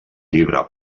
llibre